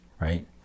Right